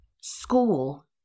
school